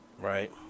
Right